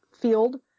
field